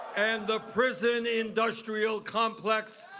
and the prison industrial complex,